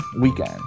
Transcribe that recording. weekend